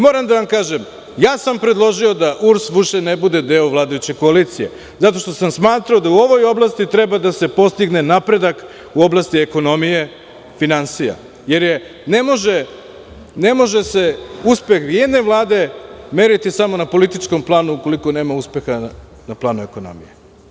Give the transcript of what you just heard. Moram da vam kažem, ja sam predložio da URS više ne bude deo vladajuće koalicije, zato što sam smatrao da u ovoj oblasti treba da se postigne napredak u oblasti ekonomije, finansija, jer ne može se uspeh jedne Vlade meriti samo na političkom planu ukoliko nema uspeha na planu ekonomije.